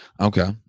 Okay